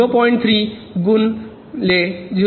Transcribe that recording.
3 गुण 0